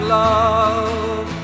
love